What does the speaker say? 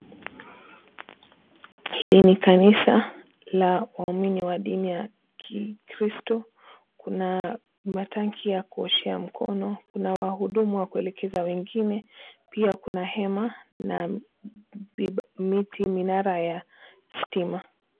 Hili ni kanisa la waumini wa dini ya kikristo, kuna matanki ya kuoshea mikono, kuna wahudumu wa kuelekeza wengine pia kuna hema na miti minara ya stima.